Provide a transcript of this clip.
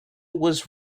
was